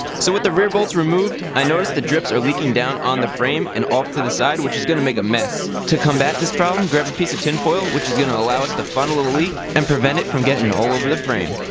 so with the rear bolts removed, i notice the drips are leaking down on the frame and off to the side which is going to make a mess. to combat this problem grab a piece of tinfoil which is going to allow us to funnel leak and prevent it from getting all over the frame.